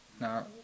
Now